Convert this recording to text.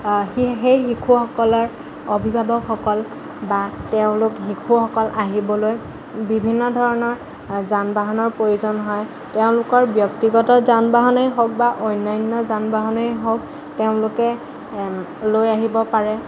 সেই সেই শিশুসকলৰ অভিভাৱকসকল বা তেওঁলোক শিশুসকল আহিবলৈ বিভিন্ন ধৰণৰ যান বাহনৰ প্ৰয়োজন হয় তেওঁলোকৰ ব্যক্তিগত যান বাহনেই হওক বা অন্য়ান্য যান বাহনেই হওক তেওঁলোকে লৈ আহিব পাৰে